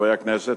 חברי הכנסת,